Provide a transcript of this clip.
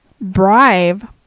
bribe